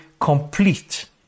complete